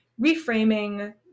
reframing